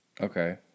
Okay